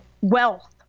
wealth